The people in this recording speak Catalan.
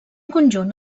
conjunt